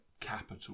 capital